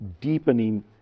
deepening